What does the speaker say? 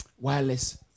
wireless